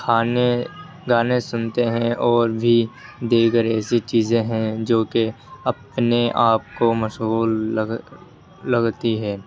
کھانے گانے سنتے ہیں اور بھی دیگر ایسی چیزیں ہیں جو کہ اپنے آپ کو مشغول لگ لگتی ہے